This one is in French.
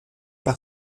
par